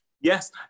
yes